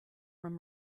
from